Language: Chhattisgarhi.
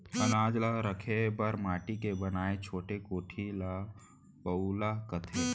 अनाज ल रखे बर माटी के बनाए छोटे कोठी ल पउला कथें